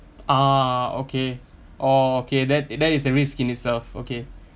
ah okay orh okay that that is a risk in itself okay